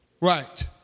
Right